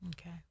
Okay